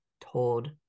told